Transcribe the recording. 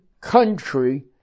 country